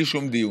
או עם אוזניות